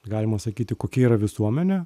galima sakyti kokia yra visuomenė